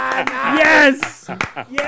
Yes